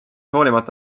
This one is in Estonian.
hoolimata